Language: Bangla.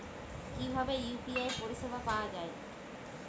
কিভাবে ইউ.পি.আই পরিসেবা পাওয়া য়ায়?